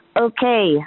Okay